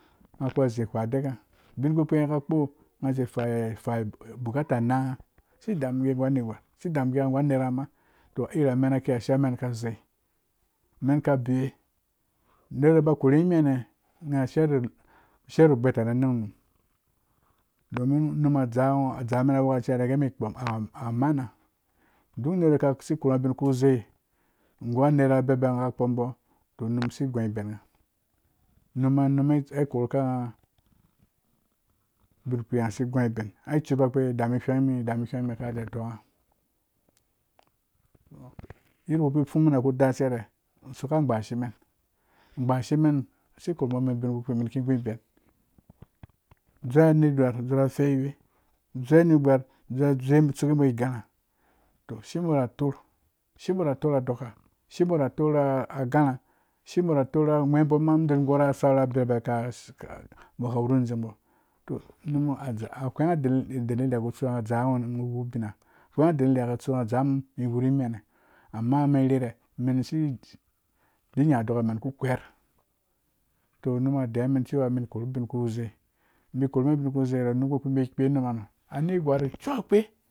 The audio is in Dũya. Ngha kũzi gwa a dek ngha ubin kpi ngha akpo ngha zi fai bukata anaa ngha si damungee ngha gu anegwar si damungee ngha gu anegwar si damungee ngha gu anernghe ma to iri amenkiya shiya amen ka zei amen ka beye nera ba korhu ngha mimihane ngha shiya ru gbeta na na nangh unum domin unum a dzaa men awekaci re gee men kpom amana duk nera kasi korhu ngha bin ku zei gu anera abibe ngha ka kpom umbo unum asi gui uben ngha ubinkpi ngha asi guiben ai cubakpe da mun gweng nemi da mun goheng nimi ngha ka riga tongha yadda kpi fung mene ku da cere usok re abashemen a bhashemen si korhubo ubin kpimen ki guiben adzur anegwar a dzur feyiwe adzur anegwar adzui a dzeye atsukebo igãrhã to shibo ra tor shibora tor adɔɔka shibo ra a torh agãrhã shibo ra atorh a aghweebo ma mi dori gor asaurs birabe kas umbo awuru dzengbo to unum a whengha dalili ku tsu ngha dzaa ngho wuru abina whenga dalili ku ngha dzaa mum wuri miha ne amma men irhere si di nya a dokamen ku kweer num deiwa men. men korhu bin ku zei bai korhumen ubin kuzanum kpu me bai kpe numa anegwar aciu kpe